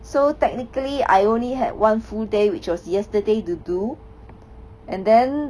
so technically I only had one full day which was yesterday to do and then